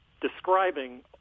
describing